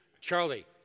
Charlie